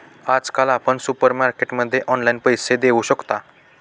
आजकाल आपण सुपरमार्केटमध्ये ऑनलाईन पैसे देऊ शकता